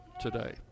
today